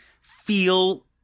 feel